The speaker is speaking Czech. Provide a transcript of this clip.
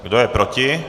Kdo je proti?